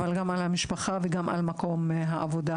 אבל גם על המשפחה ועל מקום העבודה.